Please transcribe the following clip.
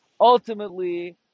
Ultimately